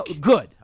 good